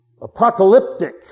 apocalyptic